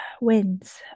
wins